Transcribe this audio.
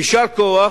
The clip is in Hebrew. יישר כוח.